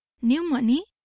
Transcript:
new money?